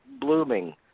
blooming